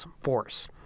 force